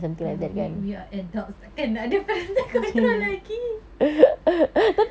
ya we we are adults takkan nak ada parental control lagi